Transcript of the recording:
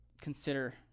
consider